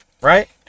right